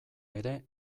ere